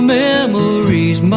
memories